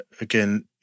again